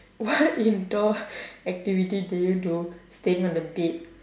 what indoor activity do you do staying on the bed